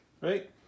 right